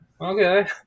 okay